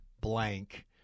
blank